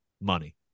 money